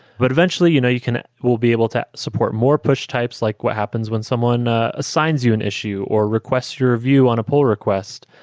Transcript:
but eventually you know you will be able to support more push types, like what happens when someone ah assigns you an issue or request your view on a pull request?